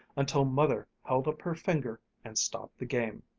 until mother held up her finger and stopped the game.